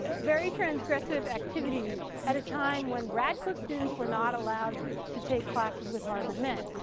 very transgressive activity at a time when radcliffe students were not allowed to take classes with harvard men.